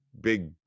big